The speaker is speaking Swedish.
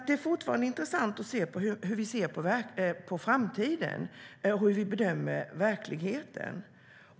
Det är intressant att höra hur vi ser på framtiden och hur vi bedömer verkligheten.